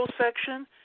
section